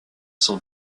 son